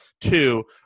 Two